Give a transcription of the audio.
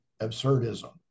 absurdism